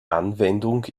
anwendung